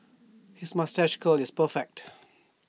his moustache curl is perfect